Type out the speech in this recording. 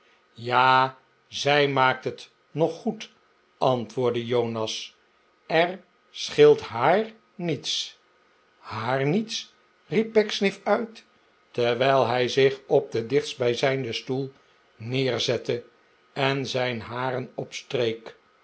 ja zij maakt het nog goed antwoordde jonas er scheelt haar niets haar niets riep pecksniff uit terwijl hij zich op den dichtstbijzijnden stoel neerzette en zijn haren opstreek